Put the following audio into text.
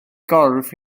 gorff